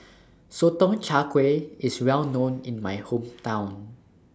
Sotong Char Kway IS Well known in My Hometown